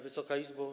Wysoka Izbo!